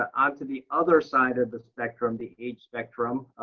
on to the other side of the spectrum the age spectrum.